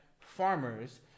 farmers